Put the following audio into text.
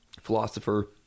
philosopher